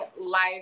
life